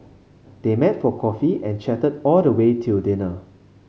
they met for coffee and chatted all the way till dinner